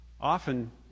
Often